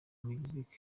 mexico